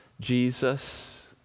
Jesus